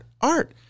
art